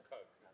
Coke